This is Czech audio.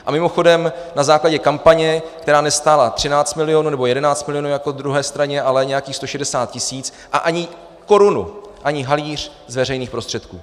A mimochodem na základě kampaně, která nestála 13 milionů nebo 11 milionů jako druhé straně, ale nějakých 160 tisíc, a ani korunu, ani haléř z veřejných prostředků.